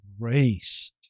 grace